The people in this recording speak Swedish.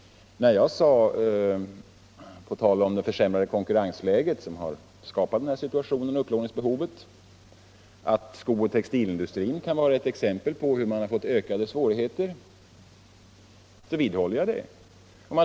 Jag vidhåller det jag sade om det försämrade konkurrensläget, som har skapat den rådande situationen och upplåningsbehovet, och om att skooch textilindustrin kan vara ett exempel på att ökade svårigheter har uppstått.